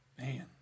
Man